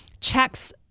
checks